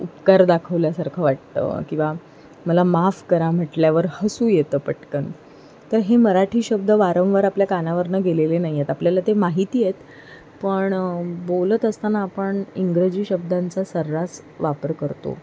उपकार दाखवल्यासारखं वाटतं किंवा मला माफ करा म्हटल्यावर हसू येतं पटकन तर हे मराठी शब्द वारंवार आपल्या कानावरून गेलेले नाही आहेत आपल्याला ते माहिती आहेत पण बोलत असताना आपण इंग्रजी शब्दांचा सर्रास वापर करतो